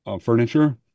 furniture